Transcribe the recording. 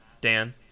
dan